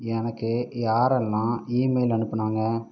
எனக்கு யாரெல்லாம் இமெயில் அனுப்பினாங்க